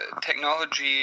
technology